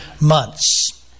months